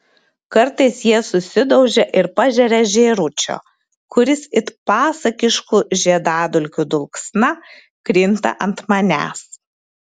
kartais jie susidaužia ir pažeria žėručio kuris it pasakiškų žiedadulkių dulksna krinta ant manęs